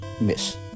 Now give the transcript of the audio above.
Miss